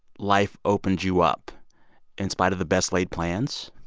life opens you up in spite of the best-laid plans.